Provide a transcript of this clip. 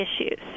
issues